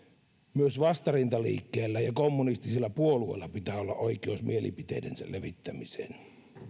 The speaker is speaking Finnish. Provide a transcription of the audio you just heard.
myös vastarintaliikkeellä ja kommunistisilla puolueilla pitää olla oikeus mielipiteidensä levittämiseen